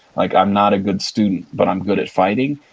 like i'm not a good student, but i'm good at fighting.